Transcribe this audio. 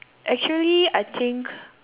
actually I think